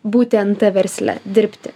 būti en t versle dirbti